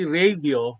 radio